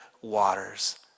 waters